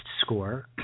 score